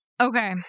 Okay